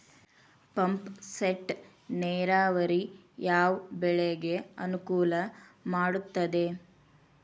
Pump set ನೇರಾವರಿ ಯಾವ್ ಬೆಳೆಗೆ ಅನುಕೂಲ ಮಾಡುತ್ತದೆ?